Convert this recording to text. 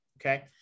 okay